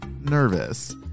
nervous